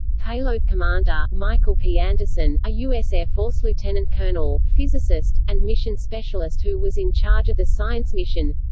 payload commander michael p. anderson, a u s. air force lieutenant colonel, physicist, and mission specialist who was in charge of the science mission